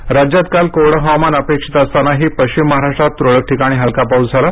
हवामान राज्यात काल कोरडं हवामान अपेक्षित असतानाही पश्चिम महाराष्ट्रात तुरळक ठिकाणी हलका पाऊस झाला